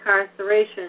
incarceration